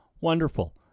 wonderful